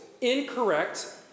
incorrect